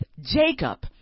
Jacob